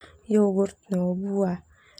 Yoghurt no buah.